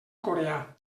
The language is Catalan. coreà